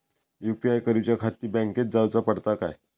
UPI करूच्याखाती बँकेत जाऊचा पडता काय?